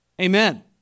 Amen